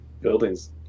buildings